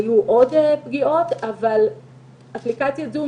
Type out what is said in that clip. היו עוד פגיעות אבל אפליקציית זום,